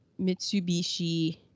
Mitsubishi